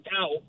out